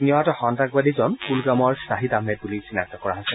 নিহত সন্ত্ৰাসবাদীজন কুলগামৰ খাহিদ আহমেদ বুলি চিনাক্ত কৰা হৈছে